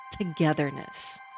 togetherness